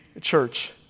Church